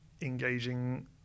engaging